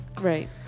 right